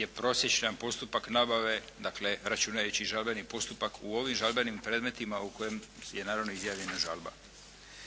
je prosječan postupak nabave dakle računajući žalbeni postupak u ovim žalbenim predmetima u kojima je naravno izjavljena žalba.